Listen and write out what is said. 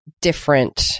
different